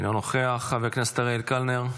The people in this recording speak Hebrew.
אינו נוכח, חבר הכנסת אריאל קלנר,